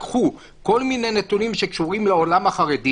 לקחו כל מיני נתונים שקשורים לעולם החרדי